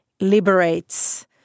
liberates